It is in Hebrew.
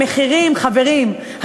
המחירים, חברים.